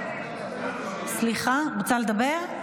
סליחה, את רוצה לדבר?